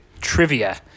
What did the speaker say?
Trivia